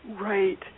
Right